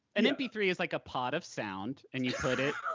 an m p three is like a pod of sound and you put it,